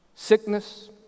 Sickness